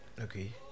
okay